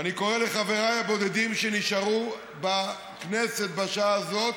ואני קורא לחבריי הבודדים שנשארו בכנסת בשעה הזאת